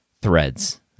threads